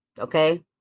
Okay